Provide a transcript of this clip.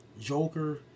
Joker